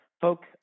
folks